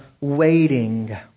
waiting